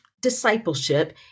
discipleship